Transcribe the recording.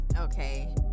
Okay